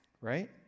right